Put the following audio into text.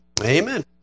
Amen